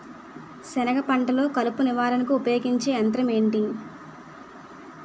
సెనగ పంటలో కలుపు నివారణకు ఉపయోగించే యంత్రం ఏంటి?